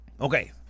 Okay